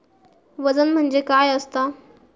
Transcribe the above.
वजन म्हणजे काय असता?